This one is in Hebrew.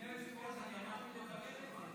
אדוני היושב-ראש, אני הלכתי לברר את זה.